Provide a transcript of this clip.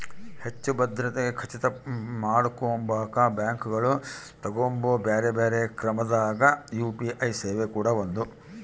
ಹೆಚ್ಚು ಭದ್ರತೆಗೆ ಖಚಿತ ಮಾಡಕೊಂಬಕ ಬ್ಯಾಂಕುಗಳು ತಗಂಬೊ ಬ್ಯೆರೆ ಬ್ಯೆರೆ ಕ್ರಮದಾಗ ಯು.ಪಿ.ಐ ಸೇವೆ ಕೂಡ ಒಂದು